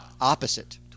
opposite